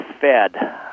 fed